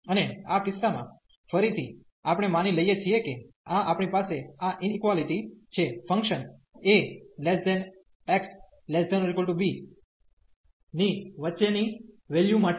અને આ કિસ્સામાં ફરીથી આપણે માની લઈએ છીએ કે આ આપણી પાસે આ ઇનક્વાલીટી છે ફંકશન ax≤b ની વચ્ચે ની વેલ્યુ માટે